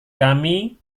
kami